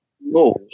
No